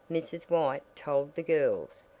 mrs. white told the girls,